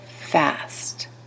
fast